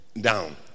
down